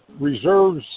reserves